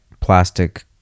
plastic